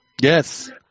Yes